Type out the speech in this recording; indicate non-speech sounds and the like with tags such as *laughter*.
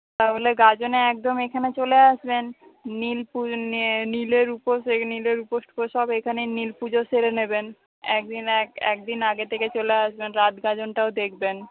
তাহলে গাজনে একদম এখানে চলে আসবেন নীল *unintelligible* নীলের উপোস নীলের উপোস *unintelligible* সব এখানে নীল পুজো সেরে নেবেন *unintelligible* একদিন *unintelligible* আগে থেকে চলে আসবেন রাত গাজনটাও দেখবেন